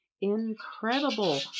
incredible